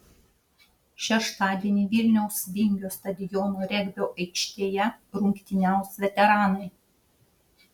šeštadienį vilniaus vingio stadiono regbio aikštėje rungtyniaus veteranai